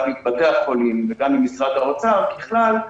גם עם בתי החולים וגם עם משרד האוצר ככלל.